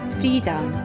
freedom